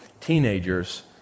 teenagers